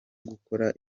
gukora